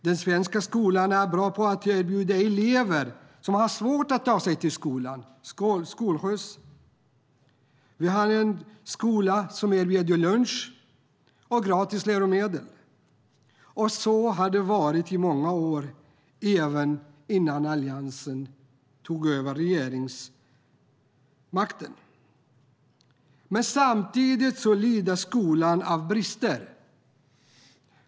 Den svenska skolan är bra att erbjuda elever som har svårt att ta sig till skolan skolskjuts. Vi har en skola som erbjuder lunch och gratis läromedel. Så har det varit i många år, även innan Alliansen tog över regeringsmakten. Men samtidigt lider skolan av brister.